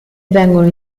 vengono